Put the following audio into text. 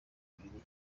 bibiliya